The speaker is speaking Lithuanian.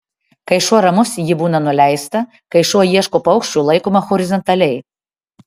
kai šuo ramus ji būna nuleista kai šuo ieško paukščių laikoma horizontaliai